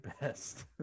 best